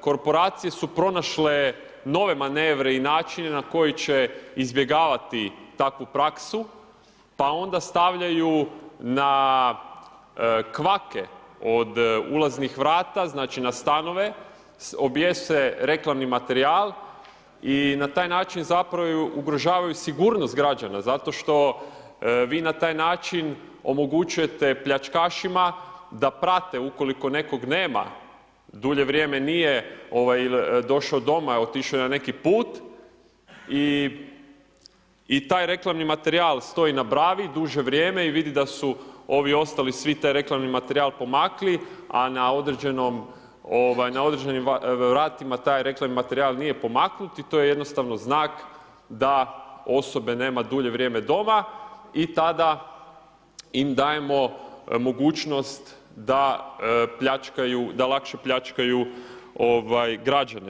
korporacije su pronašle nove manevre i načine na koje će izbjegavati takvu praksu pa onda stavljaju na kvake od ulaznih vrata, znači na stanove objese reklamni materijal i na taj način zapravo ugrožavaju i sigurnost građana zato što vi na taj način omogućujete pljačkašima da prate ukoliko nekog nema, dulje vrijeme nije došao doma, otišao je na neki put i taj reklamni materijal stoji na bravi duže vrijeme i vidi da su ovi ostali svi taj reklamni materijal pomakli a na određenim vratima taj reklamni materijal nije pomaknut i to je jednostavno znak da osobe nema dulje vrijeme doma i tada im dajemo mogućnost da lakše pljačkaju građane.